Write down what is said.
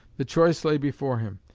the choice lay before him.